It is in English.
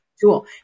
tool